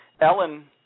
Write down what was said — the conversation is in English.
Ellen